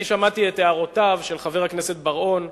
אני שמעתי את הערותיו של חבר הכנסת בר-און,